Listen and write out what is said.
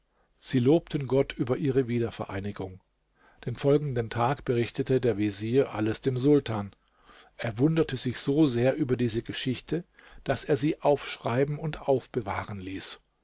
sie lobten gott über ihre wiedervereinigung den folgenden tag berichtete der vezier alles dem sultan er wunderte sich so sehr über diese geschichte daß er sie aufschreiben und aufbewahren ließ